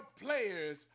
players